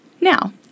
Now –